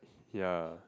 ya